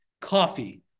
coffee